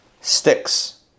sticks